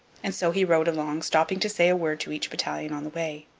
and so he rode along, stopping to say a word to each battalion on the way.